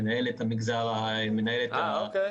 מנהלת ה- -- רגע,